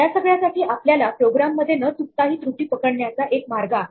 या सगळ्यासाठी आपल्याला प्रोग्राम मध्ये न चुकता ही त्रुटी पकडण्याचा एक मार्ग आहे